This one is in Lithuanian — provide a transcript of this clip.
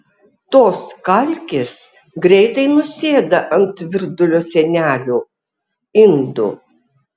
tos kalkės greitai nusėda ant virdulio sienelių indų